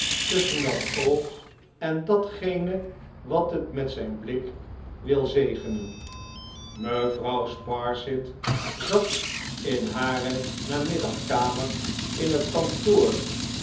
tusschen dat oog en datgene wat het met zijn blik wil zegenen mevrouw sparsit zat in hare namiddagkamer in het kantoor